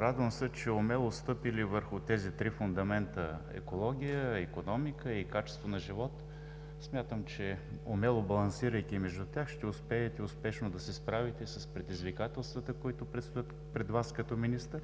Радвам се, че умело стъпили върху тези три фундамента – екология, икономика и качество на живот, смятам, че умело балансирайки между тях, ще успеете успешно да се справите с предизвикателствата, които предстоят пред Вас като министър.